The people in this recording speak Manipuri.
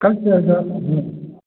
ꯀꯜꯆꯔꯗ ꯑꯃꯨꯛ